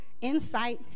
insight